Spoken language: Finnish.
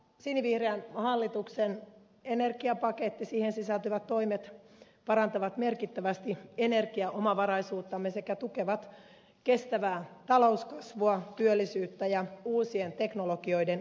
samalla sinivihreän hallituksen energiapakettiin sisältyvät toimet parantavat merkittävästi energiaomavaraisuuttamme sekä tukevat kestävää talouskasvua työllisyyttä ja uusien teknologioiden kehittämistä